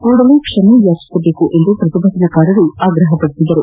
ಕೂಡಲೇ ಕ್ಷಮೆ ಯಾಚಿಸಬೇಕೆಂದು ಪ್ರತಿಭಟನಾಕಾರರು ಆಗ್ರಹಿಸಿದರು